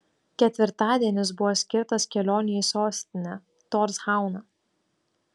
ketvirtadienis buvo skirtas kelionei į sostinę torshauną